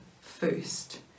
first